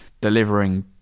delivering